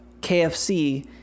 KFC